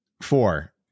four